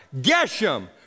Geshem